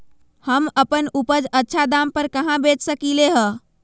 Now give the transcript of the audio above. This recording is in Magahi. हम अपन उपज अच्छा दाम पर कहाँ बेच सकीले ह?